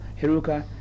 Hiruka